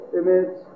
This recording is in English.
image